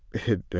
had